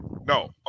No